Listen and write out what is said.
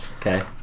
Okay